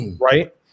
right